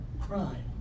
crime